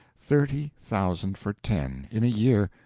thirty thousand for ten in a year!